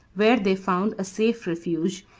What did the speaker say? where they found a safe refuge,